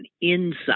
inside